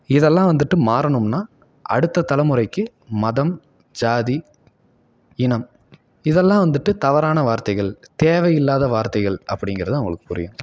இதெல்லாம் வந்துட்டு மாறணும்னால் அடுத்த தலைமுறைக்கி மதம் ஜாதி இனம் இதெல்லாம் வந்துட்டு தவறான வார்த்தைகள் தேவை இல்லாத வார்த்தைகள் அப்படிங்கிறது அவங்களுக்கு புரியணும்